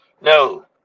No